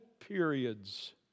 periods